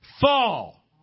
fall